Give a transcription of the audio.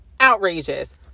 Outrageous